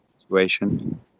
situation